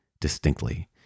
distinctly